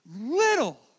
little